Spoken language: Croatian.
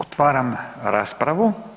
Otvaram raspravu.